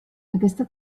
aquesta